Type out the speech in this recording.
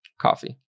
coffee